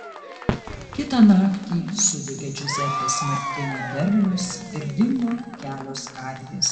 kitą naktį sudegė džiuzepės martinio derlius ir dingo kelios karvės